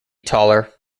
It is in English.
taller